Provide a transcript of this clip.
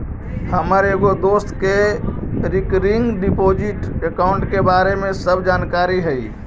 हमर एगो दोस्त के रिकरिंग डिपॉजिट अकाउंट के बारे में सब जानकारी हई